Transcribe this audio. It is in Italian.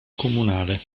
comunale